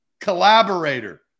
collaborator